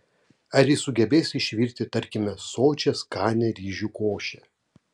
ar jis sugebės išvirti tarkime sočią skanią ryžių košę